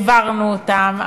העברנו אותן,